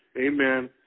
Amen